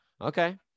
Okay